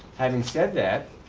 having said that,